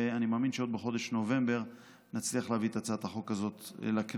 ואני מאמין שעוד בחודש נובמבר נצליח להביא את הצעת החוק הזו לכנסת.